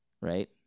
Right